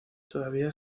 todavía